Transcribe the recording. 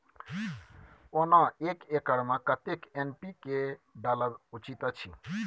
ओना एक एकर मे कतेक एन.पी.के डालब उचित अछि?